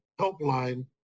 helpline